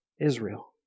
Israel